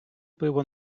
пиво